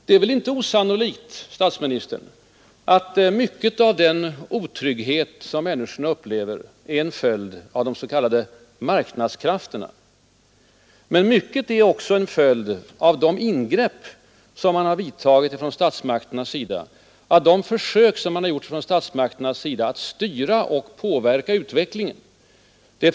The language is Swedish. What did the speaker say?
Det är inte osannolikt, herr statsminister, att mycket av den otrygghet som människorna upplever är en följd av de s.k. marknadskrafterna. Men mycket är också en följd av de ingrepp som man vidtagit från statsmakternas sida, av de försök som man har gjort från statsmakternas sida att styra och påverka utvecklingen.